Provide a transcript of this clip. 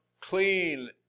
clean